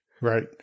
Right